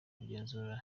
kugenzura